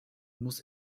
muss